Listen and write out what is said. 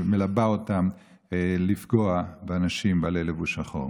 שמלבה אותם לפגוע באנשים בעלי לבוש שחור.